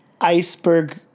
iceberg